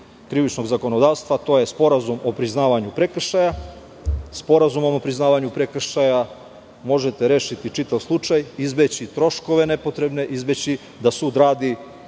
krivičnog zakonodavstva, a to je sporazum o priznavanju prekršaja, sporazum o nepriznavanju prekršaja možete rešiti čitav slučaj, izbeći troškove nepotrebne, izbeći da sud radi